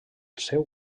seu